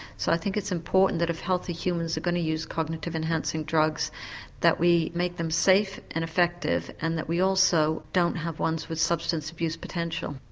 so i think it's important if healthy humans are going to use cognitive enhancing drugs that we make them safe and effective, and that we also don't have ones with substance abuse potential.